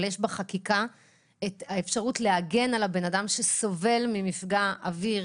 יש בחקיקה את האפשרות להגן על האדם הסובל ממפגע אוויר